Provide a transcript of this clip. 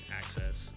access